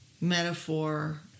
metaphor